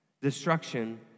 destruction